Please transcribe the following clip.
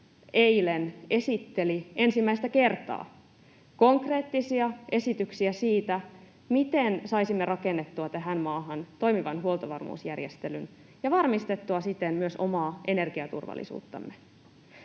eilen esitteli ensimmäistä kertaa konkreettisia esityksiä siitä, miten saisimme rakennettua tähän maahan toimivan huoltovarmuusjärjestelyn ja varmistettua siten myös omaa energiaturvallisuuttamme.